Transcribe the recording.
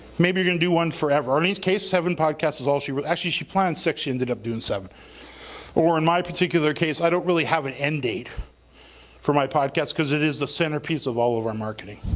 maybe you're gonna do one forever, arlene's case seven podcasts is all she, actually she planned six, she ended up doing seven or in my particular case i don't really have an end date for my podcast cause it is the center piece of all of our marketing.